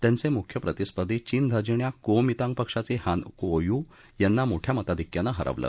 त्यांचे मुख्य प्रतिस्पर्धी चीन धार्जिण्या कुओमिंतांग पक्षाचे हान कुओ यू यांना मोठ्या मताधिक्यानं हरवलं